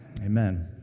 Amen